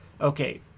okay